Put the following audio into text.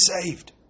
saved